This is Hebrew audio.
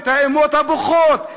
את האימהות הבוכות.